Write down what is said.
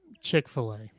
Chick-fil-A